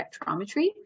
spectrometry